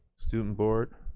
student board?